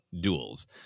duels